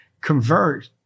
convert